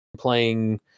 playing